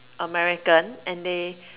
american and they